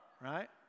right